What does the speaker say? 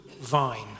vine